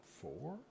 four